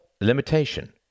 Limitation